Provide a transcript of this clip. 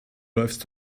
läufst